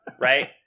Right